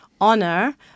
honor